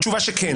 התשובה היא כן.